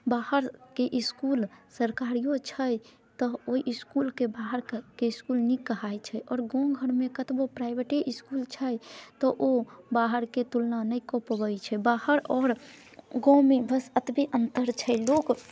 बाहरके इसकुल सरकारियो छै तऽ ओइ इसकुलके बाहरके इसकुल नीक कहाइ छै आओर गाँव घरमे कतबो प्राइवेटे इसकुल छै तऽ ओ बाहरके तुलना नहि कऽ पबै छै बाहर आओर गाँवमे बस अतबे अन्तर छै लोक